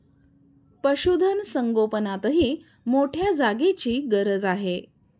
पशुधन संगोपनातही मोठ्या जागेची गरज आहे